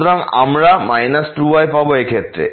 সুতরাং আমরা 2y পাব এই ক্ষেত্রে